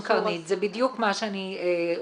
כן, קרנית, זה בדיוק מה שאני רואה.